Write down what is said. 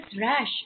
rash